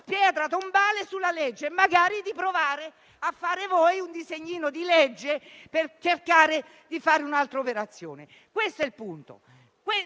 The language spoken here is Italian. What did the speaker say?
pietra tombale sulla legge e magari di provare a fare voi un disegnino di legge per cercare di fare un'altra operazione. Questo è il punto.